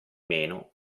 meno